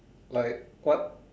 like what